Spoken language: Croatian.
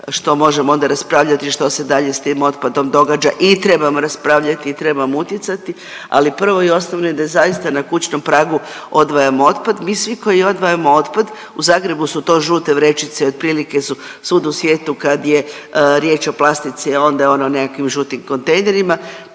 što možemo onda raspravljati što se dalje s tim otpadom događa i trebamo raspravljati i trebamo utjecati, ali prvo i osnovno je da zaista na kućnom pragu odvajamo otpad. Mi svi koji odvajamo otpad, u Zagrebu su to žute vrećice, otprilike su svud u svijetu kad je riječ o plastici onda je ono u nekakvim žutim kontejnerima.